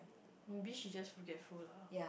maybe she's just forgetful lah